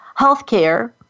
healthcare